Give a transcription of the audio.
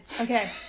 okay